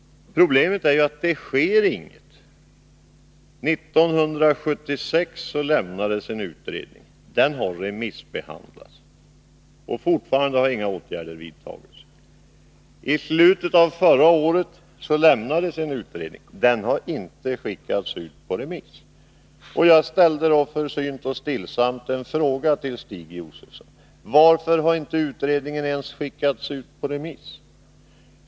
Problemet är att det inte sker någonting. 1976 avlämnade en utredning sitt betänkande. Detta har remissbehandlats, men fortfarande har inga åtgärder vidtagits. I slutet av förra året avlämnade en annan utredning sitt betänkande. Detta har inte skickats ut på remiss. Jag ställde då försynt och stillsamt en fråga till Stig Josefson: Varför har utredningen inte ens skickats ut på remiss?